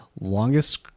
longest